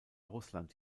russland